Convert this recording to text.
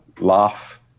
laugh